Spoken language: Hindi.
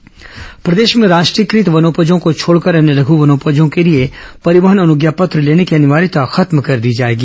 वन विमाग बैठक प्रदेश में राष्ट्रीयकृत वनोपजों को छोड़कर अन्य लघु वनोपजों के लिए परिवहन अनुज्ञा पत्र लेने की अनिवार्यता खत्म कर दी जाएगी